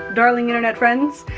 darling internet friends.